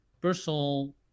personal